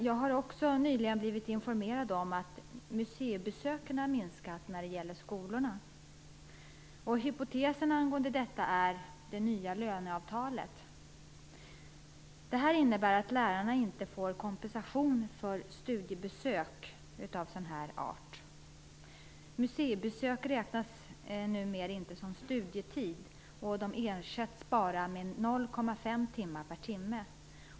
Jag har också nyligen blivit informerad om att skolornas museibesök har minskat. Hypotesen angående orsaken till detta är det nya löneavtalet. Det innebär att lärarna inte får kompensation för studiebesök av den här arten. Museibesök räknas numer inte som studietid. De ersätts bara med 0,5 timmar per timme.